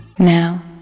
Now